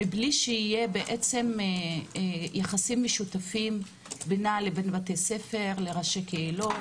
מבלי שיהיו בעצם יחסים משותפים בינה לבין בתי ספר לראשי קהילות,